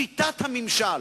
שיטת הממשל.